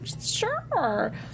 Sure